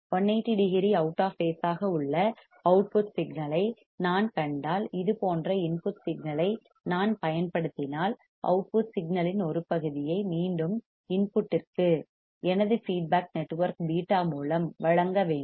180 degree out of phase ஆக உள்ள output signal ஐ நான் கண்டால் இது போன்ற இன்புட் சிக்னல் ஐ நான் பயன்படுத்தினால் அவுட்புட் சிக்னல் இன் ஒரு பகுதியை மீண்டும் இன்புட்டிற்கு எனது ஃபீட்பேக் நெட்வொர்க் β மூலம் வழங்க வேண்டும்